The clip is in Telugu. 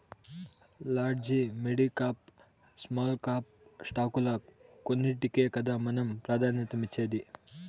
లాడ్జి, మిడికాప్, స్మాల్ కాప్ స్టాకుల్ల కొన్నింటికే కదా మనం ప్రాధాన్యతనిచ్చేది